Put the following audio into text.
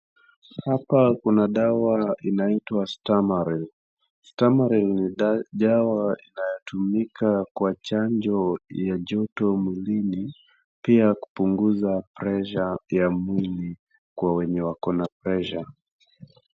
Hapa kuna dawa inaitwa [cs[ STAMARIL ni dawa inayotumika kwa chanjo ya joto mwilini pia kupunguza presha ya mwili kwa wenye wako na presha.